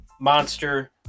Monster